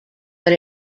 but